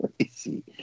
crazy